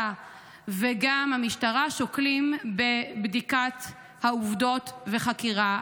וגם המשטרה שוקלים את בדיקת העובדות וחקירה.